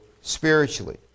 spiritually